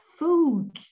Food